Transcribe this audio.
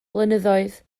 blynyddoedd